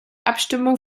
abstimmung